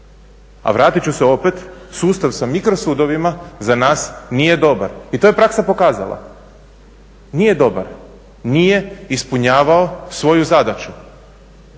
A vratit ću se opet sustav sa mikro sudovima za nas nije dobar. I to je praksa pokazala, nije dobar. Nije ispunjavao svoju zadaću.